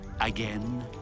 again